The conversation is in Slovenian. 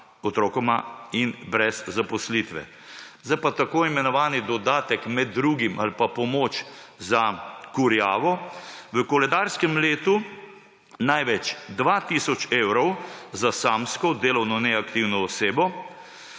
otrokoma in brez zaposlitve. Zdaj pa tako imenovani dodatek, med drugim, ali pa pomoč za kurjavo. V koledarskem letu največ 2 tisoč evrov za samsko, delovno neaktivno osebo,